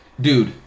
dude